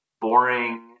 boring